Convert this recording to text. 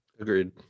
Agreed